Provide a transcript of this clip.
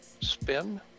spin